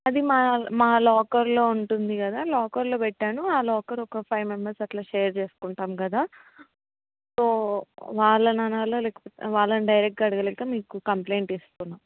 అది మా మా లాకర్లో ఉంటుంది కదా లాకర్లో పెట్టాను ఆ లాకర్ ఒక ఫైవ్ మెంబర్స్ అలా షేర్ చేసుకుంటాం కదా సో వాళ్ళను అనాల లేకపోతే వాళ్ళని డైరెక్ట్గా అనలేక మీకు కంప్లయింట్ ఇస్తున్నాను